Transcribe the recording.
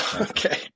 Okay